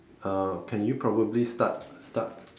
uh can you probably start start